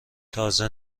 تازه